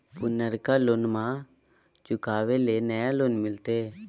पुर्नका लोनमा चुकाबे ले नया लोन मिलते?